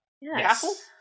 Yes